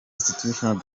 institutions